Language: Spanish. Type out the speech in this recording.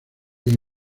game